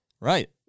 Right